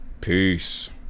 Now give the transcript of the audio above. peace